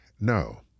No